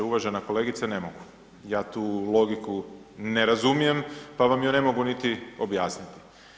Uvažena kolegice, ne mogu, ja tu logiku ne razumijem pa vam je ne mogu niti objasniti.